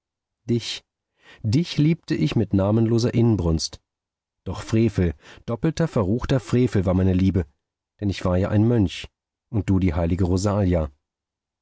dich dich liebte ich mit namenloser inbrunst doch frevel doppelter verruchter frevel war meine liebe denn ich war ja ein mönch und du die heilige rosalia